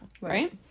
right